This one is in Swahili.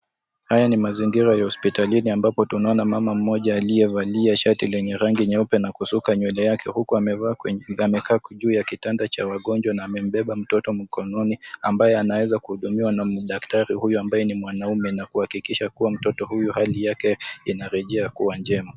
Haya ni mazingira ya hospitalini ambapo tunaona mama mmoja aliyevalia shati lenye rangi nyeupe na kusuka nywele yake huku amekaa juu ya kitanda cha wagonjwa na amembeba mtoto mkononi ambaye anaeza kuhudumiwa na daktari huyo ambaye ni mwanaume na kuhakikisha kuwa mtoto huyo hali yake inarejea kuwa njema.